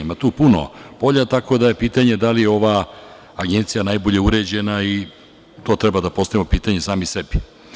Ima tu puno polja, tako da je pitanje da li je ova agencija najbolje uređena, i to pitanje treba da postavimo sami sebi.